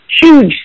huge